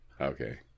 Okay